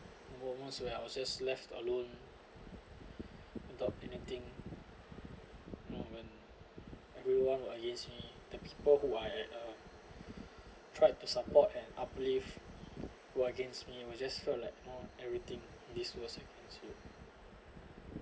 where almost when I was just left alone and thought anything moment everyone was against me the people who I had uh tried to support and uplift were against me I was just felt like more everything these were against you